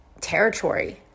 territory